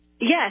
Yes